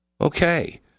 Okay